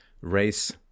race